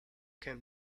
can